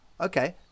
Okay